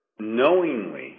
knowingly